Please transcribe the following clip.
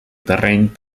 terreny